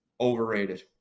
overrated